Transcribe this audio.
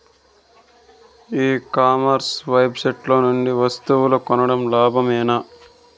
E commerce website నుండి వస్తువులు కొనడం లాభమేనా?